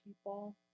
people